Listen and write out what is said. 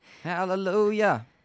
Hallelujah